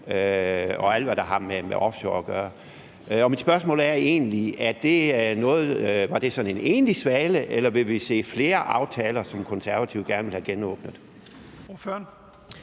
og alt, hvad der har med offshore at gøre. Mit spørgsmål er egentlig: Var det sådan en enlig svale, eller vil vi se, at Konservative gerne vil have genåbnet flere